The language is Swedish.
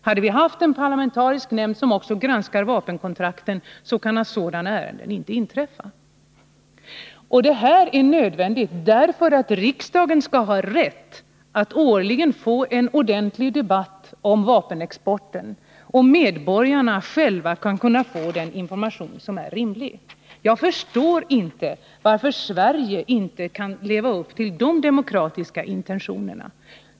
Hade vi haft en parlamentarisk nämnd som också granskade vapenkontrakten, skulle sådana saker inte kunna inträffa. Detta är nödvändigt för att riksdagen skall ha rätt att årligen få en ordentlig debatt om vapenexporten och för att medborgarna skall kunna få den information som är rimlig. Jag förstår inte varför Sverige inte skall kunna leva upp till dessa demokratiska intentioner.